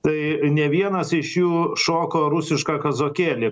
tai ne vienas iš jų šoko rusišką kazokėlį